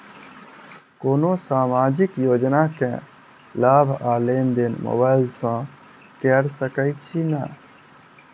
कोनो सामाजिक योजना केँ लाभ आ लेनदेन मोबाइल सँ कैर सकै छिःना?